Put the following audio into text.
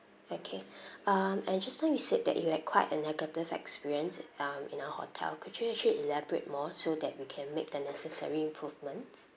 okay um and just now you said that you had quite a negative experience it um in our hotel could you actually elaborate more so that we can make the necessary improvements